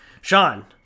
Sean